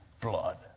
blood